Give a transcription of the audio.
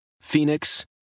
Phoenix